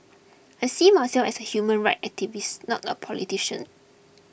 I see myself as a human rights activist not a politician